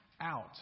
out